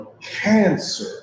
cancer